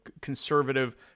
conservative